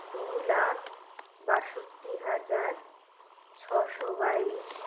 দু লাখ বাষট্টি হাজার ছশো বাইশ